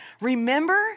Remember